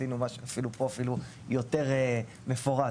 עשינו פה אפילו משהו יותר מפורט,